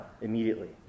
immediately